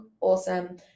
awesome